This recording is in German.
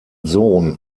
sohn